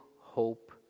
hope